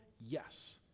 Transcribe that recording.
Yes